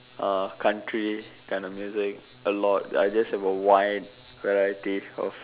uh country kind of music a lot I just have a wide variety of